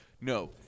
no